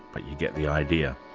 but you get the idea.